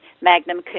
magnum